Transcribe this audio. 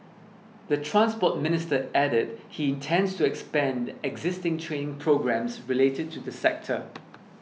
the Transport Minister added he intends to expand existing training programmes related to the sector